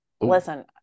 listen